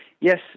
yes